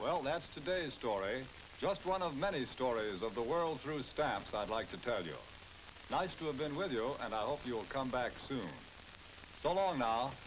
well that's today's story just one of many stories of the world through staff i'd like to tell you nice to have been with you and i hope you'll come back soon following